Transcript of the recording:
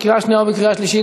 קריאה שנייה וקריאה שלישית.